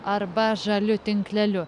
arba žaliu tinkleliu